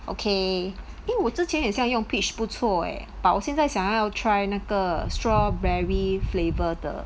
okay eh 我之前很像用 peach 不错 eh but 现在想要 try 那个 strawberry flavor 的